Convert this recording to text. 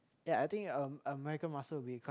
ya I think a American muscle will be quite